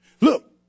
Look